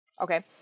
okay